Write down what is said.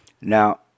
Now